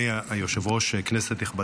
אדוני היושב-ראש, כנסת נכבדה.